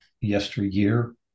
yesteryear